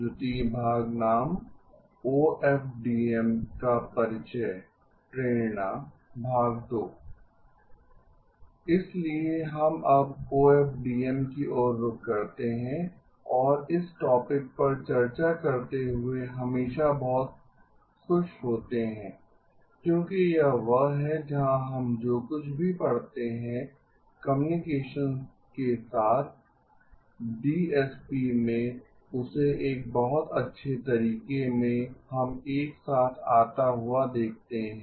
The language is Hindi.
द्वितीय भाग नाम ओएफडीएम का परिचय प्रेरणा भाग 2 इसलिए हम अब ओएफडीएम की ओर रुख करते हैं और इस टॉपिक पर चर्चा करते हुए हमेशा बहुत खुश होते हैं क्योंकि यह वह है जहाँ हम जो कुछ भी पढ़ते हैं कम्युनिकेशन्स के साथ डीएसपी में उसे एक बहुत अच्छे तरीके में हम एक साथ आता हुआ देखते हैं